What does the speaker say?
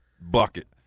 bucket